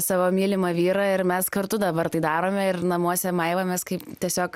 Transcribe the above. savo mylimą vyrą ir mes kartu dabar tai darome ir namuose maivomės kaip tiesiog